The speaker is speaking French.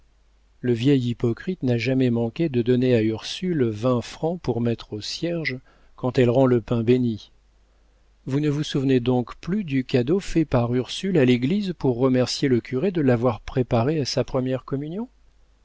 le vieil hypocrite n'a jamais manqué de donner à ursule vingt francs pour mettre au cierge quand elle rend le pain bénit vous ne vous souvenez donc plus du cadeau fait par ursule à l'église pour remercier le curé de l'avoir préparée à sa première communion